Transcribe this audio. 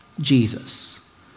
Jesus